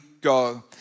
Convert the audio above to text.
Go